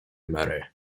mary